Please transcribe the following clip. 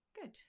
Good